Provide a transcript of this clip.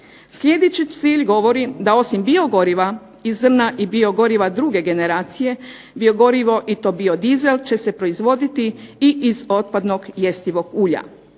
Sljedeći cilj govori da osim biogoriva i zrna i biogoriva druge generacije, biogorivo i to biodiesel će se proizvoditi iz otpadnog jestivog ulja.